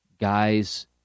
guys